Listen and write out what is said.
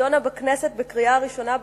עברה בקריאה ראשונה,